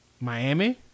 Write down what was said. Miami